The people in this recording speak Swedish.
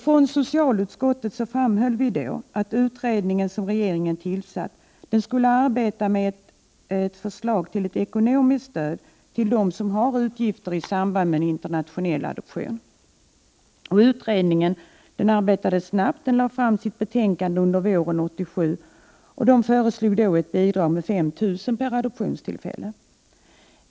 Från socialutskottet framhöll vi då att utredningen som regeringen tillsatt borde utarbeta ett förslag till ekonomiskt stöd till dem som har utgifter i samband med en internationell adoption. Utredningen arbetade snabbt och lade fram sitt betänkande under våren 1987 och föreslog då ett bidrag på 5 000 kr. per adoption.